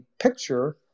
picture